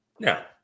Now